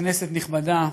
כנסת נכבדה,